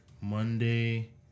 Monday